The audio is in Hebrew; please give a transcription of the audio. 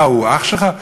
מה, הוא אח שלך?